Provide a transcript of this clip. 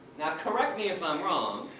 now, correct me if i'm wrong,